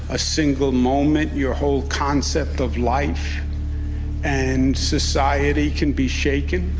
a single moment, your whole concept of life and society can be shaken.